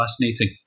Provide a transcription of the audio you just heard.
Fascinating